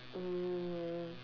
um